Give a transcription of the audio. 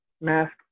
mask